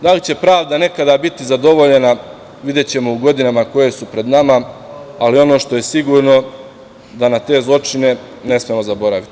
Da li će pravda nekada biti zadovoljena, videćemo u godinama koje su pred nama, ali ono što je sigurno da na te zločine ne smemo zaboraviti.